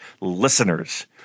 listeners